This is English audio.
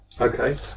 Okay